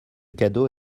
cadeau